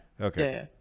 okay